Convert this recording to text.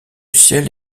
ciel